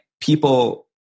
people